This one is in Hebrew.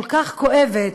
כל כך כואבת,